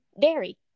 dairy